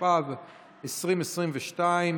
התשפ"ב 2022,